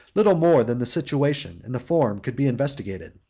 little more than the situation and the form could be investigated.